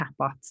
chatbots